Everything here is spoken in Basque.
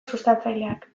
sustatzaileak